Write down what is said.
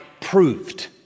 proved